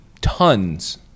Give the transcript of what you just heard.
tons